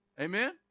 Amen